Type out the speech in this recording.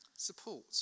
support